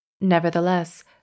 Nevertheless